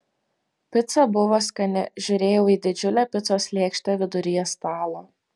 pica buvo skani žiūrėjau į didžiulę picos lėkštę viduryje stalo